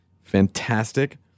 Fantastic